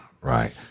right